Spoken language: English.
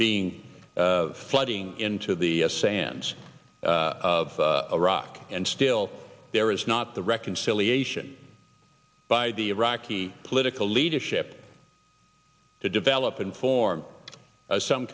being of flooding into the sands of iraq and still there is not the reconciliation by the iraqi political leadership to develop and form some